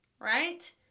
right